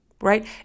Right